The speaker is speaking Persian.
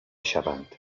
شوند